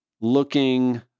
looking